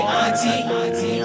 auntie